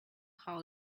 how